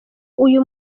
uyu